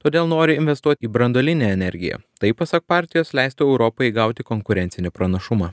todėl nori investuot į branduolinę energiją tai pasak partijos leistų europai įgauti konkurencinį pranašumą